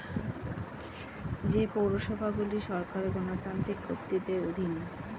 যে পৌরসভাগুলি সরকারের গণতান্ত্রিক কর্তৃত্বের অধীন